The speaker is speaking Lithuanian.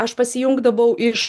aš pasijungdavau iš